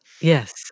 yes